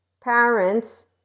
parents